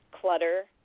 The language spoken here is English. clutter